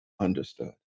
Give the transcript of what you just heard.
understood